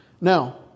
Now